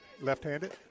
Left-handed